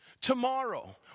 Tomorrow